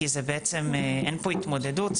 כי זה בעצם אין פה התמודדות,